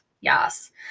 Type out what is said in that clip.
Yes